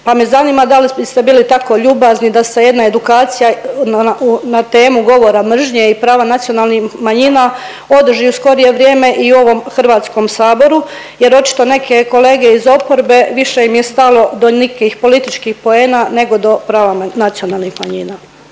pa me zanima da li biste bili tako ljubazni da se jedna edukacija na temu govora mržnje i prava nacionalnih manjina održi u skorije vrijeme i u ovom HS-u jer očito neke kolege iz oporbe više im je stalo do nekih političkih poena nego da prava nacionalnih manjina.